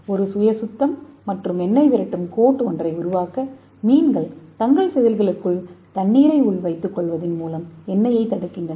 ஒரு சுய சுத்தம் மற்றும் எண்ணெய் விரட்டும் கோட் ஒன்றை உருவாக்க மீன்கள் தங்கள் செதில்களுக்குள் தண்ணீரைப் பிடுங்குவதன் மூலம் எண்ணெயைத் தடுக்கின்றன